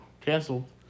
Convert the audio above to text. canceled